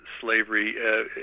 slavery